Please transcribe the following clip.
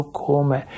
come